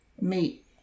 meet